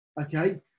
okay